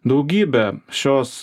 daugybę šios